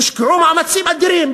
יושקעו מאמצים אדירים.